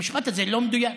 המשפט הזה לא מדויק,